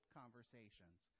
conversations